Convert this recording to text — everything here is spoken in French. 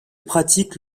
pratique